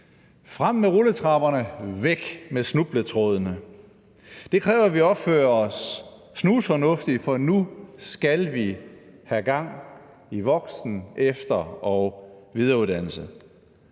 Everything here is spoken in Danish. Frem med rulletrapperne, og væk med snubletrådene. Det kræver, at vi opfører os snusfornuftigt, for nu skal vi have gang i voksen-, efter- og videreuddannelse.